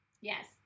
Yes